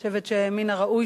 אני חושבת שמן הראוי,